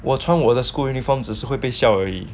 我穿我的 school uniforms 只是会被笑而已